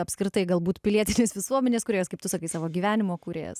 apskritai galbūt pilietinės visuomenės kūrėjas kaip tu sakai savo gyvenimo kūrėjas